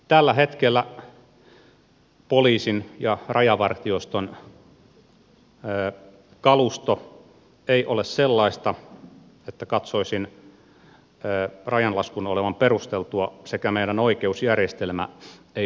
tällä hetkellä poliisin ja rajavartioston kalusto ei ole sellaista että katsoisin rajan laskun olevan perusteltua eikä meidän oikeusjärjestelmä ole toimiva